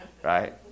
Right